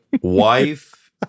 wife